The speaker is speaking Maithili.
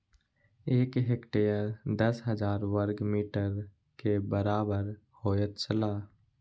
एक हेक्टेयर दस हजार वर्ग मीटर के बराबर होयत छला